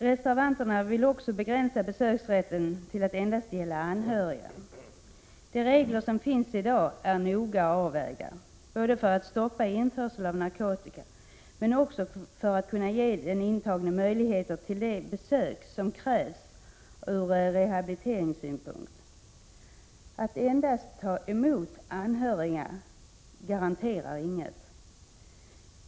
Reservanterna vill också begränsa besöksrätten till att endast gälla anhöriga. De regler som finns i dag är noga avvägda, både för att stoppa införsel av narkotika och för att kunna ge den intagne möjligheter till de besök som krävs ur rehabiliteringssynpunkt. Tillstånd att endast ta emot anhöriga garanterar inget.